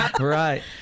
Right